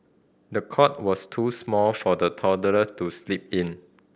the cot was too small for the toddler to sleep in